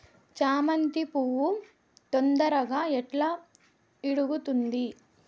చామంతి పువ్వు తొందరగా ఎట్లా ఇడుగుతుంది?